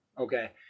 okay